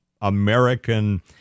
American